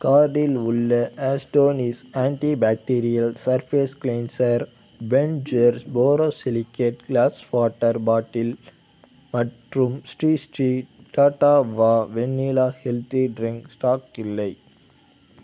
கார்டில் உள்ள Astonish antibacterial surface cleanser Bergner borosilicate glass water bottle மற்றும் Sri Sri Tattva vanilla healthy drink stock இல்லை